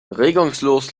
regungslos